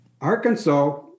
Arkansas